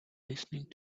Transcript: listening